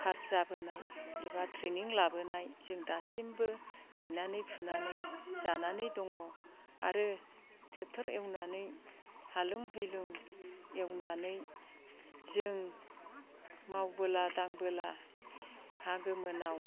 pass जाबोनाय एबा training लाबोनाय जों दासिमबो गायनानै फुनानै जानानै दङ आरो ट्रेक्ट'र एवनानै हालुं गिलुं एवनानै जों मावबोला दांबोला हा गोमोनाव